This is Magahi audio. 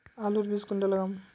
आलूर बीज कुंडा लगाम?